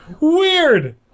Weird